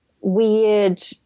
weird